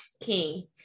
King